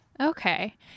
Okay